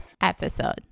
episode